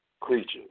Creatures